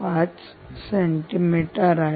5 centimetre आहे